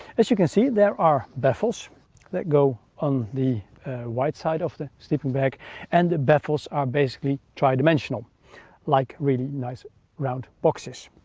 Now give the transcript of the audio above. as you can see there are baffles that go on the wide side of the sleeping bag and the battles are basically tri-dimensional like really nice round boxes.